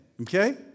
Okay